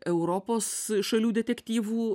europos šalių detektyvų